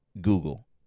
Google